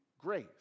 grace